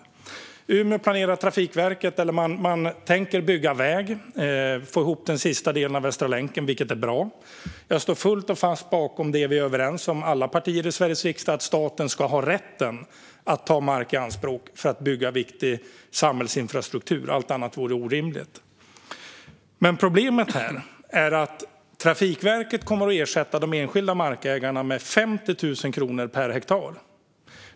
I Umeå tänker Trafikverket bygga väg för att få ihop den sista delen av Västra länken, vilket är bra. Jag står fullt och fast bakom det som alla partier i Sveriges riksdag är överens om: att staten ska ha rätt att ta mark i anspråk för att bygga viktig samhällsinfrastruktur. Allt annat vore orimligt. Problemet här är att Trafikverket kommer att ersätta de enskilda markägarna med 50 000 kronor per hektar.